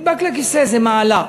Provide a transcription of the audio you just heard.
נדבק לכיסא זה מעלה,